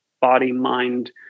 body-mind